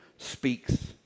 speaks